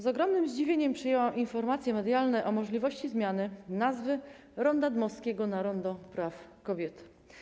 Z ogromnym zdziwieniem przyjęłam informacje medialne o możliwości zmiany nazwy Ronda Dmowskiego na Rondo Praw Kobiet.